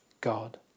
God